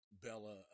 Bella